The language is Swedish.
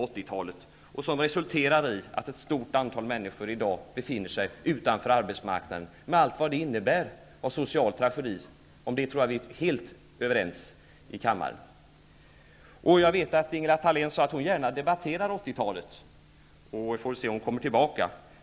Det har resulterat i att ett stort antal människor i dag befinner sig utanför arbetsmarknaden med allt vad det innebär av social tragedi. Jag tror att vi är helt överens om detta i kammaren. Jag vet att Ingela Thalén sade att hon gärna debatterar 80-talet, och vi får se om hon kommer tillbaka.